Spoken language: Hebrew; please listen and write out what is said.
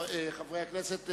חברי הכנסת,